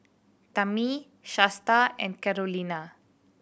Tammi Shasta and Carolina